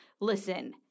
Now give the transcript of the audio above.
listen